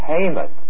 payment